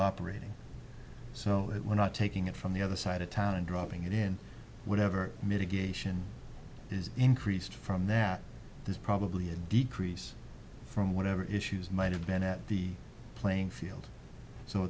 operating so that we're not taking it from the other side of town and dropping it in whatever mitigation is increased from that is probably a decrease from whatever issues might have been at the playing field so